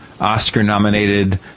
oscar-nominated